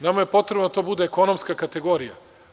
Nama je potrebno da to bude ekonomska kategorija.